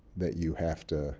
that you have to